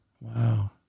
Wow